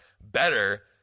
Better